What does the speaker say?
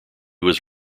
was